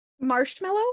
Marshmallow